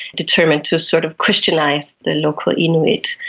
determined to sort of christianise the local inuit.